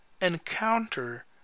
encounter